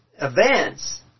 events